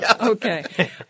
Okay